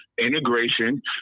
integration